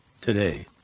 today